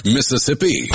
Mississippi